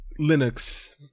Linux